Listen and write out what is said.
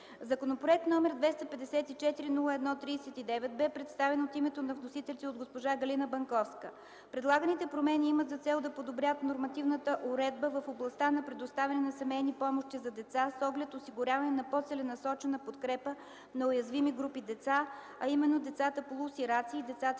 Законопроект № 254-01-39 бе представен от името на вносителите от госпожа Галина Банковска. Предлаганите промени имат за цел подобряване на нормативната уредба в областта на предоставяне на семейни помощи за деца с оглед осигуряване на по-целенасочена подкрепа на уязвими групи деца, а именно децата полусираци и децата